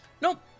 nope